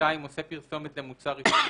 (2)עושה פרסומת למוצר עישון,